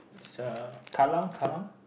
is a Kallang Kallang